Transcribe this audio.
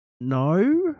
No